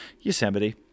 Yosemite